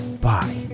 Bye